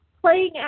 playing